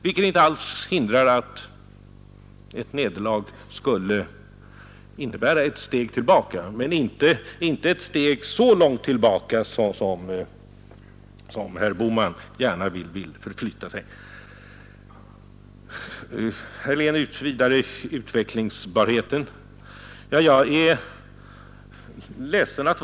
Det hindrar dock inte att ett nederlag skulle innebära ett steg tillbaka — men inte så långt tillbaka som herr Bohman gärna vill förflytta sig. Herr Helén tog vidare upp utvecklingsbarheten i vårt EEC-avtal.